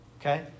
Okay